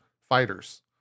fighters